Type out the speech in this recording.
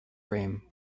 frame